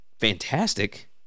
fantastic